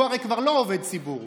הוא הרי כבר לא עובד ציבור.